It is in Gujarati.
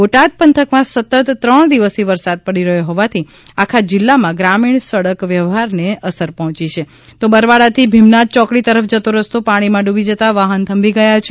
બોટાદ પંથકમાં સતત ત્રણ દિવસથી વરસાદ પડી રહ્યો હોવાથી આખા જિલ્લામાં ગ્રામીણ સડક વ્યવહારને અસર પહોચી છે તો બરવાળાથી ભીમનાથ ચોકડી તરફ જતો રસ્તો પાણીમાં ડૂબી જતાં વાહન થંભી ગયા છે